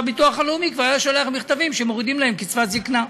והביטוח הלאומי כבר היה שולח מכתבים שמורידים להן קצבת זקנה.